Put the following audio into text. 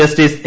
justice A